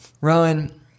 Rowan